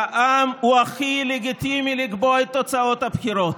והעם הוא הכי לגיטימי לקבוע את תוצאות הבחירות.